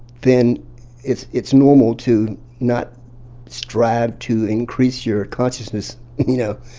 then it's it's normal to not strive to increase your consciousness, you know.